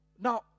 Now